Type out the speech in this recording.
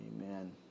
Amen